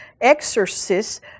exorcists